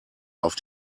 auf